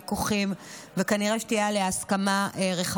וביטחון לצורך הכנתה לקריאה ראשונה.